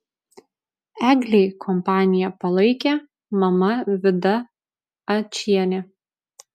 eglei kompaniją palaikė mama vida ačienė